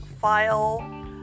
file